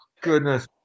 goodness